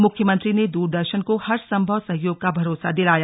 मुख्यमंत्री ने दूरदर्शन को हर संभव सहयोग का भरोसा दिलाया